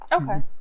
Okay